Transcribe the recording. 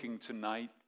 tonight